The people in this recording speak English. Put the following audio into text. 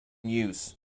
use